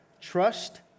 Trust